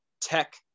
tech